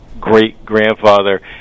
great-grandfather